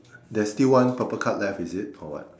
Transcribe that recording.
there's still one purple card left is it or what